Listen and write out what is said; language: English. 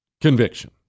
conviction